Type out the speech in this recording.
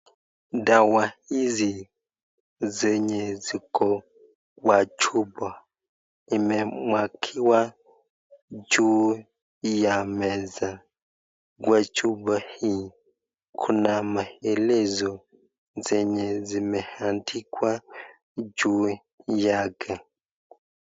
Dawa hizi zenye ziko kwa chuoa imemwakiwa juu ya meza, kwa chuoa hii Kuna maelezo zenye zimeandikwa juu yake..